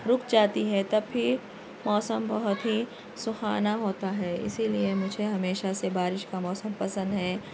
رک جاتی ہے تب بھی موسم بہت ہی سہانا ہوتا ہے اِسی لیے مجھے ہمیشہ سے بارش کا موسم پسند ہے